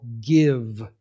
give